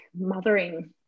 mothering